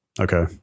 okay